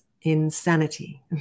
insanity